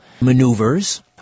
maneuvers